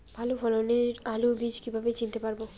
ভালো ফলনের আলু বীজ কীভাবে চিনতে পারবো?